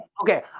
okay